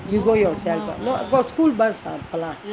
you go yourself ah got school bus ah அப்பெல்லாம்:appalaam